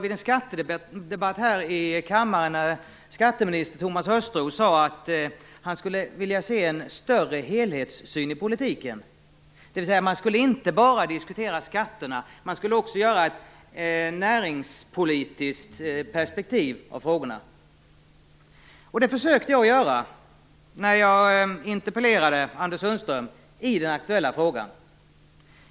I en skattedebatt här i kammaren fäste jag mig vid att Thomas Östros sade att han ville ha en större helhetssyn i politiken. Man skall inte bara diskutera skatterna utan man skall också anlägga ett näringspolitiskt perspektiv på frågorna. Det försökte jag att göra när jag interpellerade Anders Sundström i den aktuella frågan.